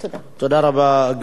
תודה רבה, גברתי.